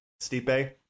Stipe